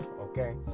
okay